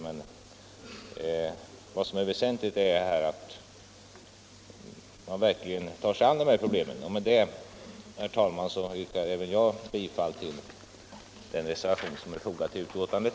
Det väsentliga är att man verkligen tar sig an problemet.